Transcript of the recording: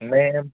मैं